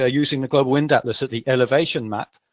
ah using the global wind atlas, at the elevation map,